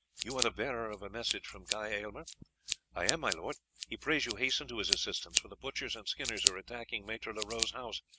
you are the bearer of a message from guy aylmer i am, my lord. he prays you hasten to his assistance, for the butchers and skinners are attacking maitre leroux's house,